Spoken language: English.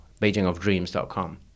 beijingofdreams.com